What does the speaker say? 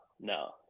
No